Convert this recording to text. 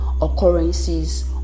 occurrences